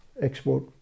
export